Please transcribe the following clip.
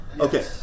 Okay